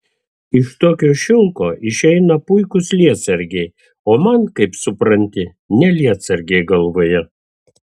iš tokio šilko išeina puikūs lietsargiai o man kaip supranti ne lietsargiai galvoje